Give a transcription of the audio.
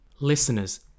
Listeners